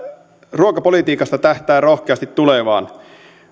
ruokapolitiikasta tähtää rohkeasti tulevaan